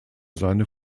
seine